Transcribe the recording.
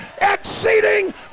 exceeding